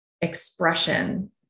expression